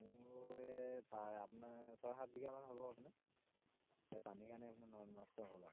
মোৰ এই আপোনাৰ ছয় সাত বিঘামান হ'ব আপোনাৰ সেই পানী কাৰণে আপোনাৰ নষ্ট হ'ব আৰু